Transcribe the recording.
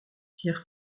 pierre